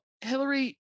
hillary